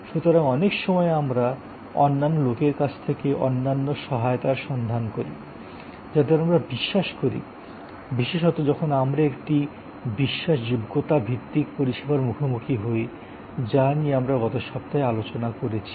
সুতরাং অনেক সময় আমরা অন্যান্য লোকের কাছ থেকে অন্যান্য সহায়তার সন্ধান করি যাদের আমরা বিশ্বাস করি বিশেষত যখন আমরা একটি বিশ্বাসযোগ্যতা ভিত্তিক পরিষেবার মুখোমুখি হই যা নিয়ে আমরা গত সপ্তাহে আলোচনা করেছি